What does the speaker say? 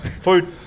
food